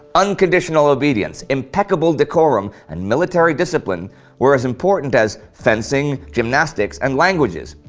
unconditional obedience, impeccable decorum, and military discipline were as important as fencing, gymnastic, and languages.